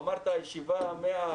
אמרת הישיבה ה-100,